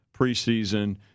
preseason